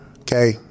okay